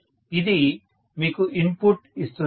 ఇది మీకు ఇన్పుట్ ఇస్తుంది